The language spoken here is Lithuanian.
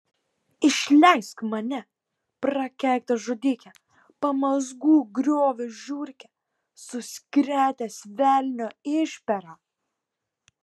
išleisk mane prakeiktas žudike pamazgų griovio žiurke suskretęs velnio išpera